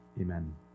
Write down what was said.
Amen